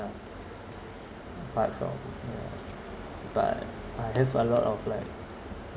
parts of ya but I guess a lot of like